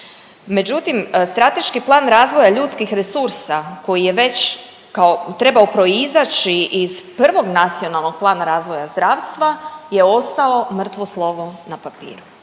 Međutim, strateški plan razvoja ljudskih resursa koji je već kao trebao proizaći iz prvog nacionalnog plana razvoja zdravstva je ostalo mrtvo slovo na papiru.